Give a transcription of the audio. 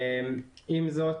עם זאת,